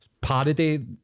Parody